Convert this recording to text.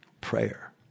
prayer